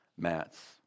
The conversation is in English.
mats